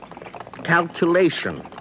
calculation